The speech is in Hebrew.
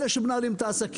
הם אלה שמנהלים את העסקים.